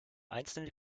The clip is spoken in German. einzelne